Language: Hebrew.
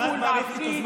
אם לא תבין אני אסביר לך.